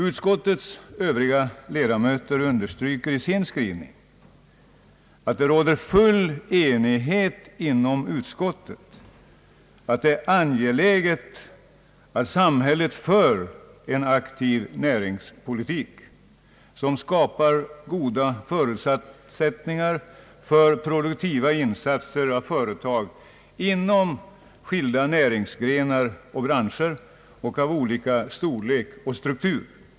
Utskottets övriga ledamöter understryker i sin skrivning att det råder full enighet inom utskottet om att det är angeläget att samhället för en aktiv näringspolitik som skapar goda förutsättningar för produktiva insatser av företag inom skilda näringsgrenar och branscher och utav olika storlek och struktur.